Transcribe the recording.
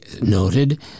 noted